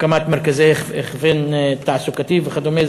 הקמת מרכזי הכוון תעסוקתי וכדומה,